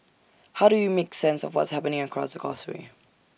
how do we make sense of what's happening across the causeway